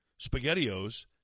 SpaghettiOs